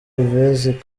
alves